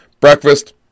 Breakfast